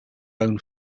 own